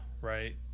right